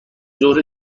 ظهر